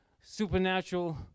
supernatural